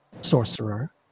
Sorcerer